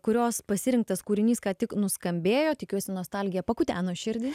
kurios pasirinktas kūrinys ką tik nuskambėjo tikiuosi nostalgija pakuteno širdį